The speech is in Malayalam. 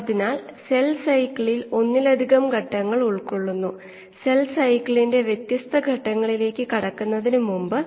അതിനാൽ ഇതിന് വിപരീത സമയത്തിന്റെ ഒരു യൂണിറ്റ് ആവശ്യമാണ്